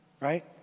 Right